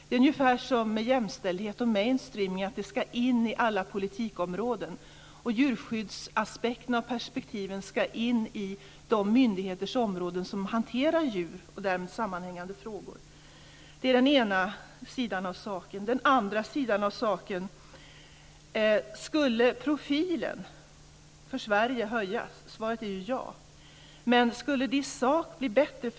Det är ungefär som med jämställdhet och mainstreaming, att det ska in i alla politikområden. Djurskyddsaspekterna och perspektiven ska in på områdena i de myndigheter som hanterar djur och därmed sammanhängande frågor. Det är den ena sidan av saken. Den andra sidan av saken är om statusen för Sverige skulle höjas. Svaret är ja. Men skulle det i sak bli bättre?